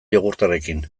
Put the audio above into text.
jogurtarekin